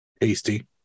Tasty